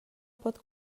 pot